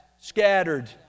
Scattered